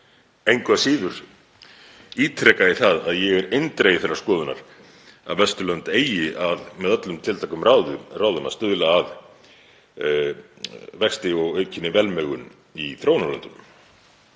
Engu að síður ítreka ég að ég er eindregið þeirrar skoðunar að Vesturlönd eigi með öllum tiltækum ráðum að stuðla að vexti og aukinni velmegun í þróunarlöndunum.